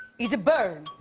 is bird.